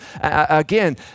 Again